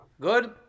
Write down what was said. Good